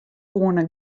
koene